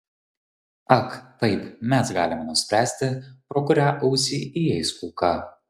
ak taip mes galime nuspręsti pro kurią ausį įeis kulka